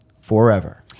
forever